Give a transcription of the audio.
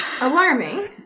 Alarming